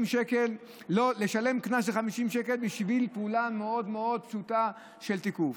50 שקל בשביל פעולה מאוד מאוד פשוטה של תיקוף.